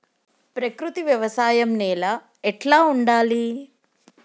ప్రకృతి వ్యవసాయం నేల ఎట్లా ఉండాలి?